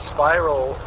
Spiral